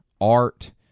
art